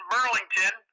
Burlington